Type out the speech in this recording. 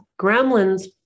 gremlins